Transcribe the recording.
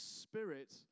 Spirit